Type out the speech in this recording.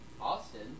Austin